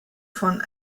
von